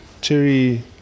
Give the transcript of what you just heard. cherry